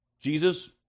Jesus